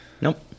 Nope